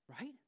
right